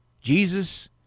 Jesus